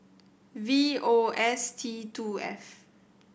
V O S T two F